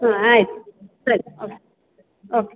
ಹಾಂ ಆಯ್ತು ಸರಿ ಓಕೆ ಓಕೆ